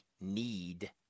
need